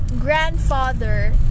grandfather